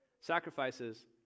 Sacrifices